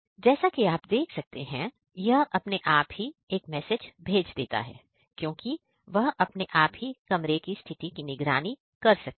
जैसा कि आप देख सकते हैं यह अपने आप ही एक मैसेज भेज देता है क्योंकि वह अपने आप ही कमरे की स्थिति की निगरानी कर सकती है